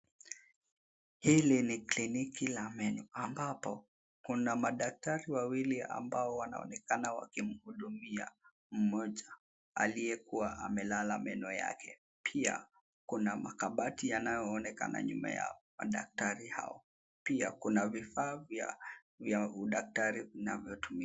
Hili ni kliniki la meno ambapo kuna madaktari wawili ambao wanaonekana wakimhudumia mmoja aliyekuwa amelala meno yake. Pia kuna makabati yanayoonekana nyuma ya madaktari hao. Pia kuna vifaa vya udaktari vinavyotumika.